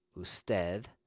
usted